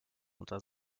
unter